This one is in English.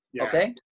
okay